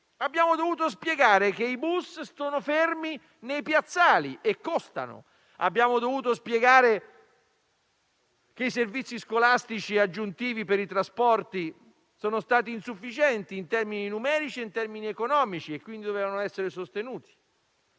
Abbiamo dovuto spiegare che i bus sono fermi nei piazzali e costano. Abbiamo dovuto spiegare che i servizi scolastici aggiuntivi per i trasporti sono stati insufficienti in termini numerici ed economici e, quindi, dovevano essere sostenuti.